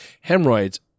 Hemorrhoids